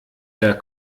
der